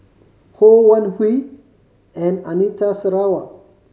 Ho Wan Hui and Anita Sarawak